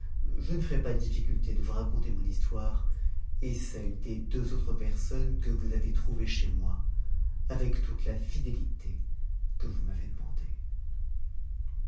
je ne ferai pas dimcutté de vous raconter mon hiscelle des deux autres personnes que vous avez trouvées chez moi nte la fidélité que vous m'avez demandée